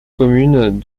commune